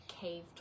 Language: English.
cave